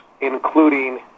including